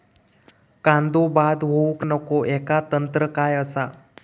कांदो बाद होऊक नको ह्याका तंत्र काय असा?